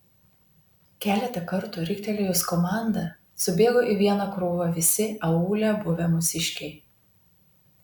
keletą kartų riktelėjus komandą subėgo į vieną krūvą visi aūle buvę mūsiškiai